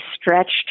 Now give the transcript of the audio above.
stretched